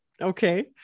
Okay